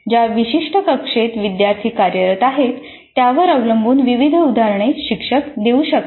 ज्या विशिष्ट कक्षेत विद्यार्थी कार्यरत आहेत त्यावर अवलंबून विविध उदाहरणे शिक्षक देऊ शकतात